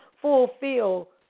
fulfill